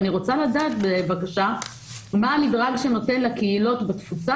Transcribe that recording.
אני רוצה לדעת מה המדרג שניתן לקהילות בתפוצה,